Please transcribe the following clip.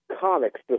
comics